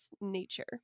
nature